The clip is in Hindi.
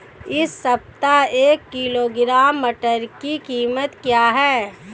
इस सप्ताह एक किलोग्राम मटर की कीमत क्या है?